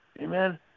amen